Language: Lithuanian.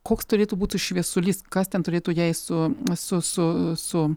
koks turėtų būti šviesulys kas ten turėtų jei su su su su